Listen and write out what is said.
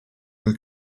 quel